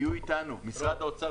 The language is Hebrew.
אני מבקש ממשרד האוצר,